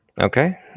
Okay